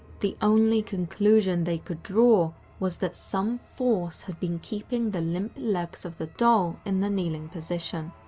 the only conclusion they could draw was that some force had been keeping the limp legs of the doll in the kneeling position.